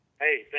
Hey